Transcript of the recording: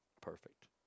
Perfect